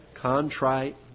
Contrite